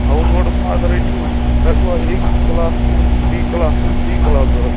house boats منٛز اگر تو تۄہہِ چھُوا اےٚ کٕلاس کِنہٕ بی کٕلاس کِنہٕ سی کٕلاس ضروٗرت